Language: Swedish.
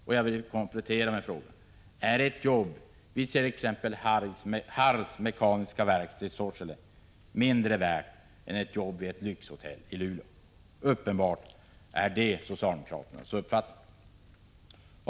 Och jag vill komplettera med att fråga: Är ett jobb vid t.ex. Harrs mekaniska verkstad i Sorsele mindre värt än ett jobb vid ett lyxhotell i Luleå? Uppenbart är detta socialdemokraternas uppfattning.